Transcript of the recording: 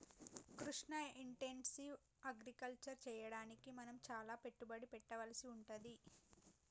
Krishna intensive agriculture చెయ్యడానికి మనం చాల పెట్టుబడి పెట్టవలసి వుంటది